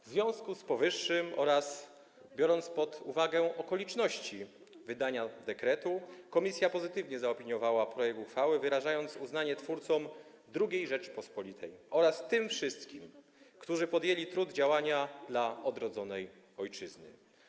W związku z powyższym oraz biorąc pod uwagę okoliczności wydania dekretu, komisja pozytywnie zaopiniowała projekt uchwały, wyrażając uznanie twórcom II Rzeczypospolitej oraz tym wszystkim, którzy podjęli trud działania dla odrodzonej ojczyzny.